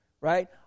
right